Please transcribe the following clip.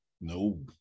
no